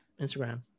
instagram